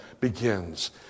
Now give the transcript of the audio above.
begins